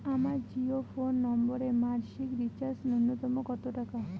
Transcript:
আমার জিও ফোন নম্বরে মাসিক রিচার্জ নূন্যতম কত টাকা?